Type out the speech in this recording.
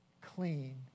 clean